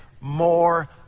more